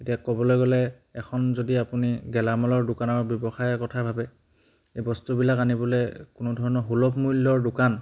এতিয়া ক'বলৈ গ'লে এখন যদি আপুনি গেলামালৰ দোকানৰ ব্যৱসায়ৰ কথা ভাবে এই বস্তুবিলাক আনিবলৈ কোনো ধৰণৰ সুলভ মূল্যৰ দোকান